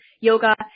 yoga